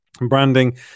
branding